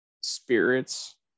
spirits